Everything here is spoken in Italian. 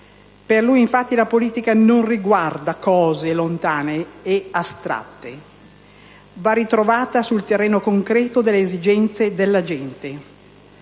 Per lui, infatti, la politica non riguarda cose lontane e astratte, ma va ritrovata sul terreno concreto delle esigenze della gente.